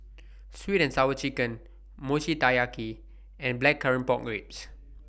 Sweet and Sour Chicken Mochi Taiyaki and Blackcurrant Pork Ribs